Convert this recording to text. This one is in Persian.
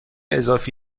اضافه